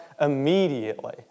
immediately